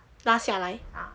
拉下来